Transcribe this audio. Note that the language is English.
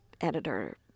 editor